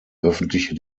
öffentliche